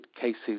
cases